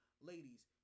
ladies